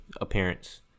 appearance